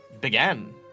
began